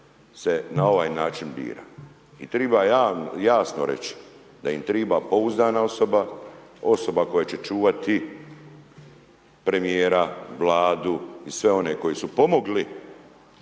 se na ovaj način bira. I treba jasno reći da im treba pouzdana osoba, osoba koja će čuvati premijera, Vladu i sve one koji su pomogli